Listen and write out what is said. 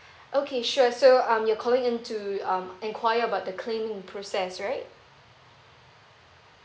okay sure so um you're calling in to um enquire about the claiming process right